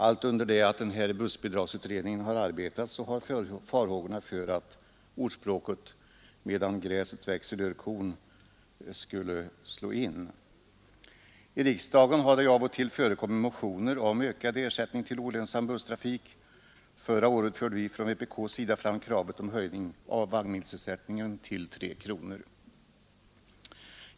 Allt under det att bussbidragsutredningen arbetat har farhågorna vuxit för att ordspråket ”medan gräset växer dör kon” skulle slå in. I riksdagen har det av och till förekommit motioner om ökad ersättning till olönsam busstrafik. Förra året förde vpk fram kravet på en höjning av vagnmilsersättningen till 3 kronor.